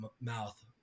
mouth –